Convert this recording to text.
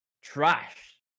trash